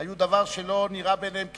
שהיו דבר שלא נראה בעיניהם כיהודים,